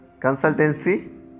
consultancy